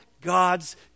God's